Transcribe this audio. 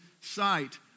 sight